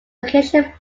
location